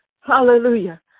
hallelujah